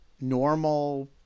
normal